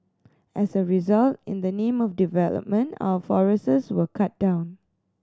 as a result in the name of development our forests were cut down